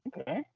Okay